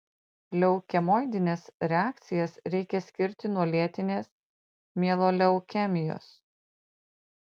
leukemoidines reakcijas reikia skirti nuo lėtinės mieloleukemijos